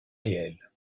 réel